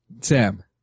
Sam